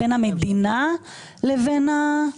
בנק